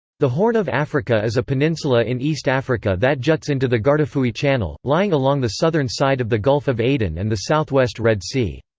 the horn of africa is a peninsula in east africa that juts into the guardafui channel, lying along the southern side of the gulf of aden and the southwest red sea.